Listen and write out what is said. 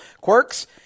quirks